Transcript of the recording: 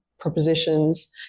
propositions